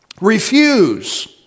Refuse